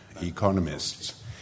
economists